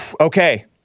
Okay